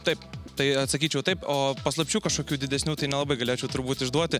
taip tai atsakyčiau taip o paslapčių kažkokių didesnių tai nelabai galėčiau turbūt išduoti